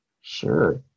Sure